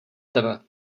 tebe